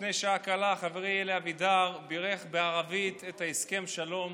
לפני שעה קלה חברי אלי אבידר בירך בערבית על ההסכם שלום